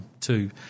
two